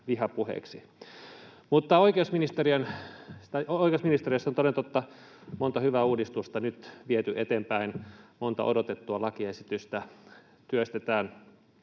Oikeusministeriössä on toden totta monta hyvää uudistusta nyt viety eteenpäin, monta odotettua lakiesitystä työstetään.